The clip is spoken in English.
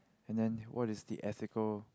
and then what is the ethical